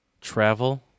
Travel